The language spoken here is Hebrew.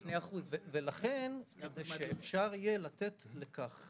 ולכן, שאפשר יהיה לתת לכך